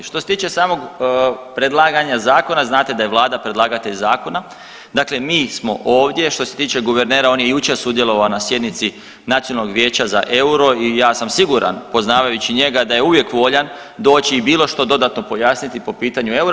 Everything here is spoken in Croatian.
Što se tiče samog predlaganja zakona znate da je vlada predlagatelj zakona, dakle mi smo ovdje, što se tiče guvernera on je jučer sudjelovao na sjednici Nacionalnog vijeća za euro i ja sam siguran poznavajući njega da je uvijek voljan i bilo što dodatno pojasniti po pitanju eura.